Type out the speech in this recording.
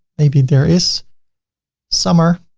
maybe there is summer.